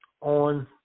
on